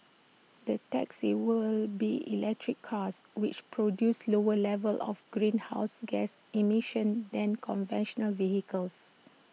the taxis will be electric cars which produce lower levels of greenhouse gas emissions than conventional vehicles